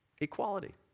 equality